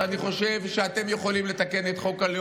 חבר הכנסת אלעזר שטרן.